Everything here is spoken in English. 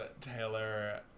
Taylor